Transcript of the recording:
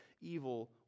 evil